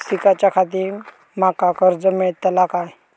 शिकाच्याखाती माका कर्ज मेलतळा काय?